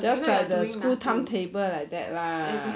just like your school timetable like that right